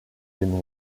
than